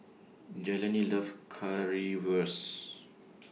Jelani loves Currywurst